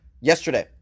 yesterday